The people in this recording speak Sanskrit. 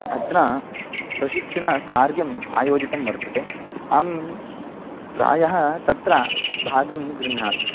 अत्र प्रशिक्षणकार्यम् आयोजितं वर्तते अहं प्रायः तत्र भागं गृह्णामि